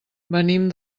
venim